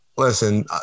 Listen